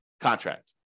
contract